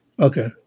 Okay